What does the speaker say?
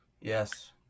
Yes